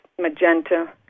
magenta